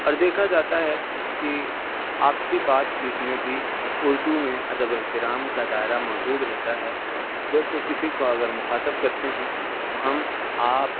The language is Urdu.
اور دیکھا جاتا ہے کہ آپسی بات چیت میں بھی اردو میں ادب و احترام کا دائرہ موجود رہتا ہے جیسے کسی کو اگر مخاطب کرتے ہیں تو ہم آپ